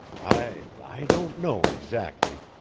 i i don't know, exactly.